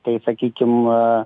tai sakykim